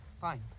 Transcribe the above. Fine